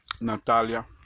Natalia